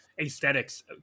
aesthetics